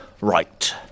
Right